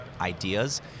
ideas